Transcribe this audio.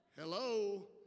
Hello